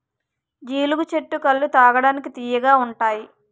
జీలుగు చెట్టు కల్లు తాగడానికి తియ్యగా ఉంతాయి